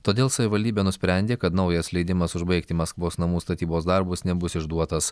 todėl savivaldybė nusprendė kad naujas leidimas užbaigti maskvos namų statybos darbus nebus išduotas